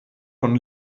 von